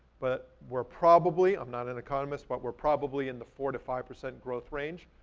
but we're probably, i'm not an economist but we're probably in the four to five percent growth range,